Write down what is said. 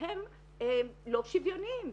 הם לא שוויוניים.